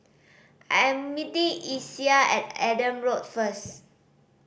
I am meeting Isiah at Adam Road first